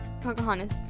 Pocahontas